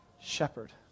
shepherd